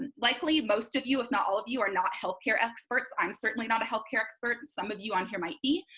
likely most of you if not all of you are not healthcare experts, i'm certainly not a healthcare expert. some of you on here might be,